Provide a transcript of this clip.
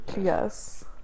yes